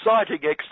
Exciting